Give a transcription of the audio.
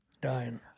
Dying